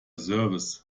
service